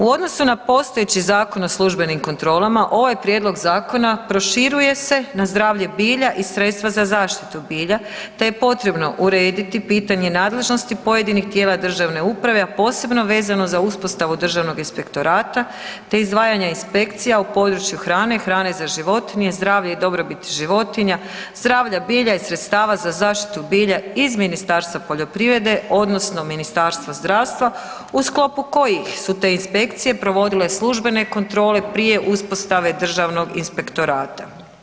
U odnosu na postojeći zakon o službenim kontrolama, ovaj prijedlog zakona proširuje se na zdravlje bilja i sredstva za zaštitu bilja te je potrebno urediti pitanje nadležnosti pojedinih tijela državne uprave a posebno vezano za uspostavu Državnog inspektorata te izdvajanja inspekcija u području hrane, hrane za životinje, zdravlje i dobrobiti životinja, zdravlja bilja i sredstava za zaštitu bilja iz Ministarstva poljoprivrede odnosno Ministarstva zdravstva u sklopu kojih su te inspekcije provodile službene kontrole prije uspostave Državnog inspektorata.